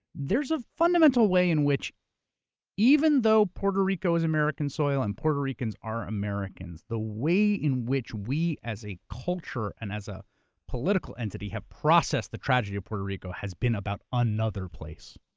there's a fundamental way in which even though puerto is american soil and puerto ricans are americans, the way in which we as a culture and as a political entity have processed the tragedy of puerto rico has been about another place.